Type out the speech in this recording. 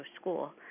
school